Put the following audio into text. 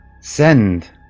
send